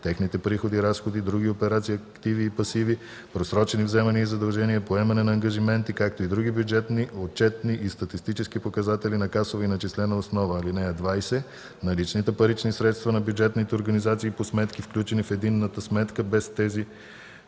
техните приходи, разходи, други операции, активи и пасиви, просрочени вземания и задължения, поемане на ангажименти, както и други бюджетни, отчетни и статистически показатели на касова и начислена основа. (20) Наличните парични средства на бюджетните организации по сметки, включени в единната сметка, без тези